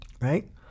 Right